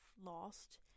lost